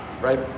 right